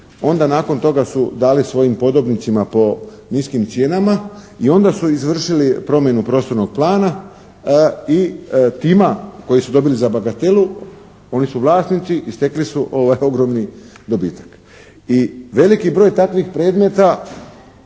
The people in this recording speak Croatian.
onda nakon toga su dali svojim podobnicima po niskim cijenama i onda su izvršili promjenu prostornog plana i tima koji su dobili za bagatelu oni su vlasnici i stekli su ogroman dobitak. I veliki broj takvih predmeta,